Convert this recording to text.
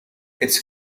its